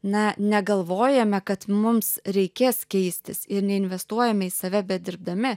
na negalvojame kad mums reikės keistis ir neinvestuojame į save bedirbdami